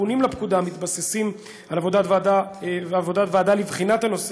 התיקונים לפקודה מתבססים על עבודת ועדה לבחינת הנושא,